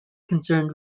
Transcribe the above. concerned